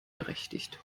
berechtigt